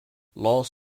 los